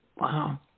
Wow